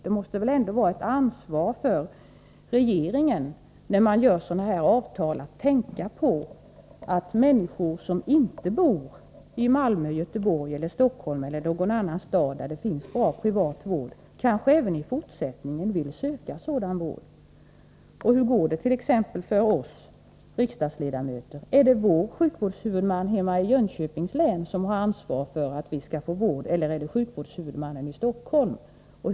Det måste väl ändå vara ett ansvar för regeringen, när man träffar sådana här avtal, att tänka på att människor som inte bor i Malmö, Göteborg, Stockholm eller någon annan stad där det finns bra privat vård, kanske även i fortsättningen vill söka sådan vård. Och hur går dett.ex. för oss riksdagsledamöter? Är det vår sjukvårdshuvudman i hemortslänet — i mitt fall Jönköpings län — som har ansvar för att vi skall få vård, eller är det sjukvårdshuvudmannen i Stockholm?